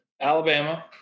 Alabama